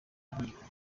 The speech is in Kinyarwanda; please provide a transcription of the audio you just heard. inkiko